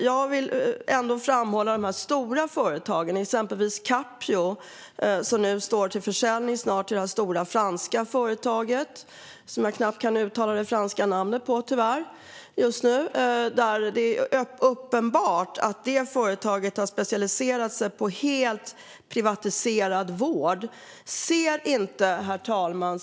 Jag vill ändå framhålla de stora företagen, exempelvis Capio som snart är till försäljning till det stora franska företaget vars namn jag tyvärr knappt kan uttala. Det är uppenbart att det företaget har specialiserat sig på helt privatiserad vård. Herr talman!